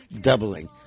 doubling